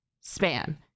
span